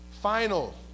Final